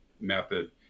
method